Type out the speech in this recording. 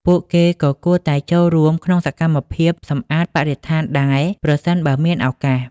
ពួកគេក៏គួរតែចូលរួមក្នុងសកម្មភាពសម្អាតបរិស្ថានដែរ ប្រសិនបើមានឱកាស។